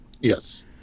Yes